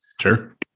Sure